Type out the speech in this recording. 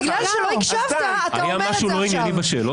בגלל שלא הקשבת אתה אומר את זה עכשיו.